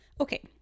okay